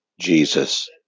jesus